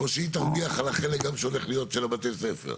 או שהיא תרוויח על החלק שהולך להיות של בתי הספר?